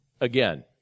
again